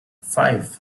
five